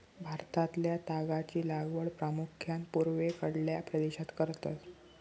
भारतातल्या तागाची लागवड प्रामुख्यान पूर्वेकडल्या प्रदेशात करतत